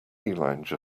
lounge